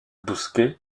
bousquet